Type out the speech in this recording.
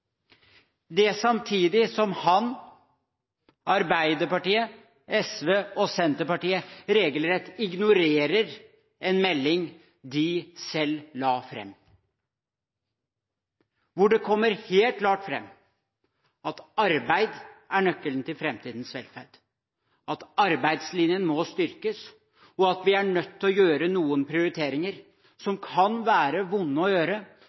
– samtidig som han, Arbeiderpartiet, SV og Senterpartiet regelrett ignorerer en melding de selv la fram. Der kommer det helt klart fram at arbeid er nøkkelen til framtidens velferd, at arbeidslinjen må styrkes, og at vi er nødt til å gjøre noen prioriteringer som kan være vonde å gjøre